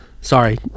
Sorry